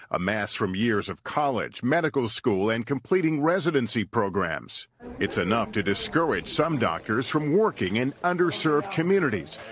amassed from years of college, medical school, and completing residency programs it's enough to discourage some doctors from working in underserved communities,